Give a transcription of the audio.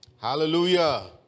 hallelujah